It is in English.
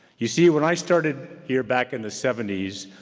you see, when i started here back in the seventy s,